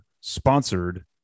sponsored